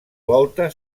volta